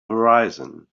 horizon